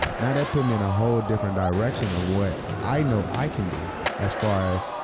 that put me in a whole different direction of what i know i can do as far as